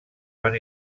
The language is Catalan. van